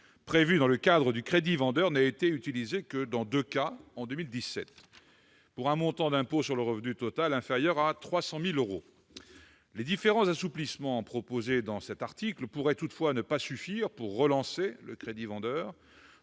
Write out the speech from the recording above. prévu dans le cadre du crédit vendeur n'a été utilisé que dans deux cas en 2017, pour un montant d'impôt sur le revenu total inférieur à 300 000 euros. Les différents assouplissements proposés au présent article pourraient toutefois ne pas suffire pour relancer le crédit vendeur,